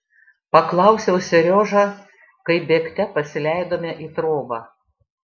paklausiau seriožą kai bėgte pasileidome į trobą